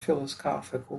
philosophical